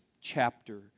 chapter